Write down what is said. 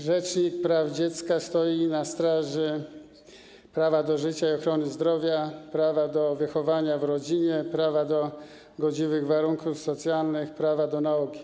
Rzecznik praw dziecka stoi m.in. na straży prawa do życia i ochrony zdrowia, prawa do wychowania w rodzinie, prawa do godziwych warunków socjalnych, prawa do nauki.